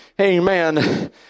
amen